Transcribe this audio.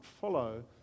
follow